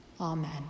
Amen